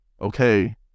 okay